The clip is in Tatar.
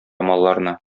малларны